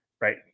right